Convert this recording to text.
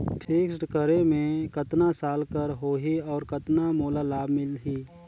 Fixed करे मे कतना साल कर हो ही और कतना मोला लाभ मिल ही?